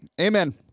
Amen